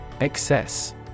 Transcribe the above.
Excess